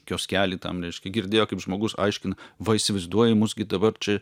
kioskely tam reiškia girdėjo kaip žmogus aiškina va įsivaizduoji mus gi dabar čia